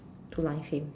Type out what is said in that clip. two lines same